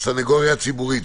מהסנגוריה הציבורית,